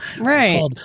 right